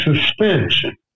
suspension